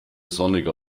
sonniger